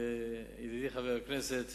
ידידי חבר הכנסת